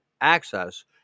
access